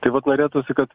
tai vat norėtųsi kad